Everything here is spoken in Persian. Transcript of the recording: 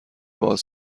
باز